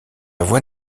voix